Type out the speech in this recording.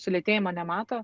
sulėtėjimo nemato